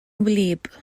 wlyb